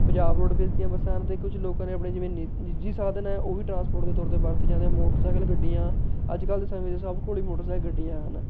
Punjab roadways ਦੀਆਂ ਬੱਸਾਂ ਹਨ ਅਤੇ ਕੁਝ ਲੋਕਾਂ ਨੇ ਆਪਣੇ ਜਿਵੇਂ ਨਿੱਜ ਨਿੱਜੀ ਸਾਧਨ ਹੈ ਉਹ ਵੀ ਟਰਾਂਸਪੋਰਟ ਦੇ ਤੌਰ 'ਤੇ ਵਰਤੇ ਜਾਂਦੇ ਹਨ ਮੋਟਰਸਾਈਕਲ ਗੱਡੀਆਂ ਅੱਜ ਕੱਲ੍ਹ ਦੇ ਸਮੇਂ ਵਿੱਚ ਸਭ ਕੋਲ ਹੀ ਮੋਟਰਸਾਈਕਲ ਗੱਡੀਆਂ ਹਨ